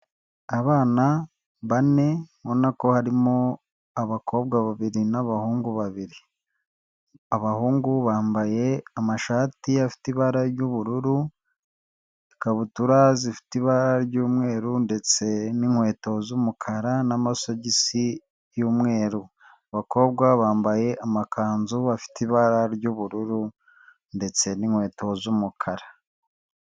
Abana bane ubona ko harimo abakobwa babiri n'abahungu babiri. Abahungu bambaye amashati afite ibara ry'ubururu, ikabutura zifite ibara ry'umweru ndetse n'inkweto z'umukara n'amasogisi y'umweru. Abakobwa bambaye amakanzu afite ibara ry'ubururu ndetse n'inkweto z'umukara.